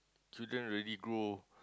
children already grow